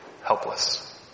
helpless